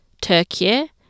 Turkey